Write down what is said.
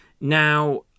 Now